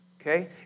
Okay